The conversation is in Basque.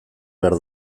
behar